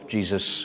Jesus